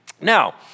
now